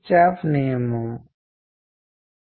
నా షూలో మంచు పాడుబడిన పిచ్చుక గూడు